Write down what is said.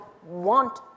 want